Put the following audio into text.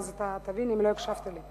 ואז אתה תבין אם לא הקשבת לי.